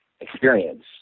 experience